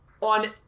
on